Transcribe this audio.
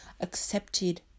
accepted